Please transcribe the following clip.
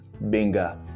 Benga